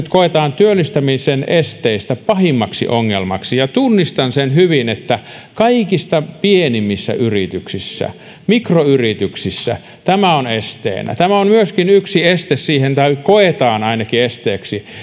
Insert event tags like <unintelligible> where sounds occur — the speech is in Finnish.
<unintelligible> koetaan työllistämisen esteistä pahimmaksi ongelmaksi ja tunnistan sen hyvin että kaikista pienimmissä yrityksissä mikroyrityksissä tämä on esteenä tämä on myöskin yksi este tai koetaan ainakin esteeksi siinä